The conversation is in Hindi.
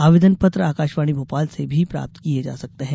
आवेदन पत्र आकाशवाणी भोपाल से भी प्राप्त किये जा सकते हैं